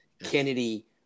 Kennedy